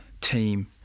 team